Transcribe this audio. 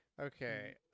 Okay